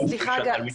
התלמידים,